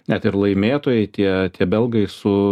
net ir laimėtojai tie tie belgai su